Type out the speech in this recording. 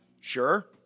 Sure